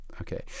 Okay